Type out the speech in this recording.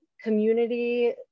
community